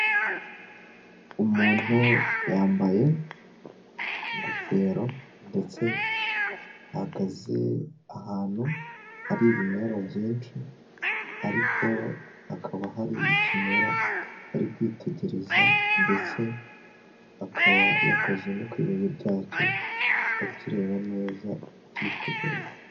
Umuntu yambaye ingofero ndetse ahagaze ahantu hari ibimera byinshi ariko hakaba hari ikimera ari kwitegereza ndetse akaba yakoze no ku bibabi byacyo akireba neza akitegereza.